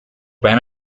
ran